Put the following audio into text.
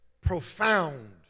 profound